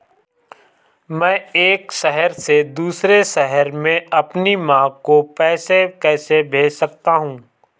मैं एक शहर से दूसरे शहर में अपनी माँ को पैसे कैसे भेज सकता हूँ?